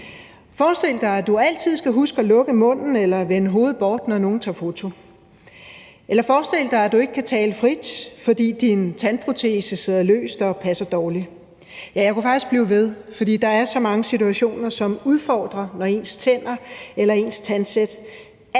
Forestil dig, at du altid skal huske at lukke munden eller vende hovedet bort, når nogen tager et foto. Eller forestil dig, at du ikke kan tale frit, fordi din tandprotese sidder løst og passer dårligt. Ja, jeg kunne faktisk blive ved, for der er så mange situationer, som udfordrer, når ens tænder eller ens tandsæt